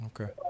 Okay